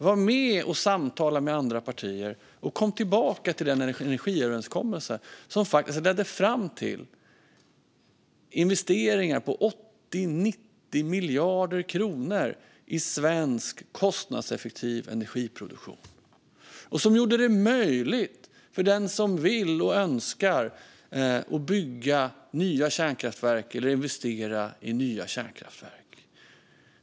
Var med och samtala med andra partier och kom tillbaka till den energiöverenskommelse som faktiskt ledde fram till investeringar på 80-90 miljarder kronor i svensk kostnadseffektiv energiproduktion, och som gjorde det möjligt för den som vill och önskar att bygga eller investera i nya kärnkraftverk.